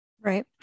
Right